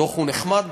הדוח נחמד,